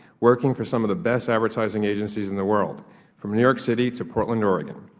working for some of the best advertising agencies in the world from new york city to portland, oregon,